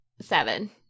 seven